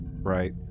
right